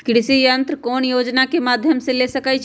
कृषि यंत्र कौन योजना के माध्यम से ले सकैछिए?